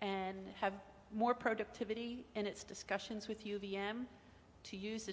and have more productivity and its discussions with you b m to use the